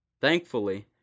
Thankfully